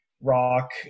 rock